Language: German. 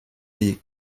die